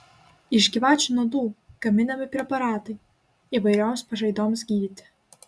iš gyvačių nuodų gaminami preparatai įvairioms pažaidoms gydyti